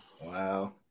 Wow